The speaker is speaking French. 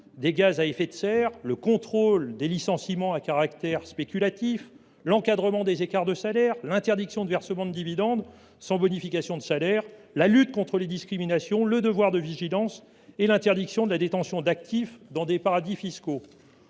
de gaz à effet de serre, le contrôle des licenciements à caractère spéculatif, l’encadrement des écarts de salaire, l’interdiction de versement de dividendes sans bonification de salaire, la lutte contre les discriminations, le devoir de vigilance et l’interdiction de la détention d’actifs dans des paradis fiscaux.